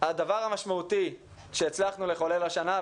הדבר המשמעותי שהצלחנו לחולל השנה,